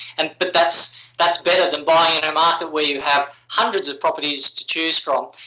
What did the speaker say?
and but that's that's better than buying in a market where you have hundreds of properties to choose from.